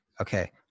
Okay